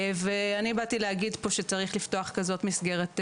אני באתי להגיד פה שצריך לפתוח כזו מסגרת בהקדם.